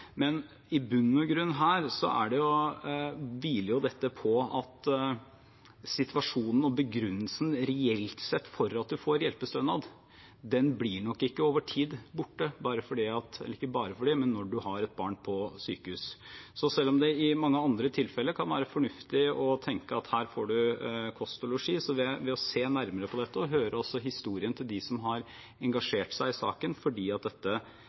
Men i bunn og grunn her hviler dette på at situasjonen og begrunnelsen reelt sett for at man får hjelpestønad, nok ikke blir borte over tid når man har et barn på sykehus. Selv om det i mange andre tilfeller kan være fornuftig å tenke at her får man kost og losji, så har det å se nærmere på dette og også høre historien til dem som har engasjert seg i saken fordi dette er noe de opplever selv i hverdagen, gjort at vi får en enstemmig stortingsbehandling først, og at regjeringen i dette